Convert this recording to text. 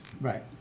right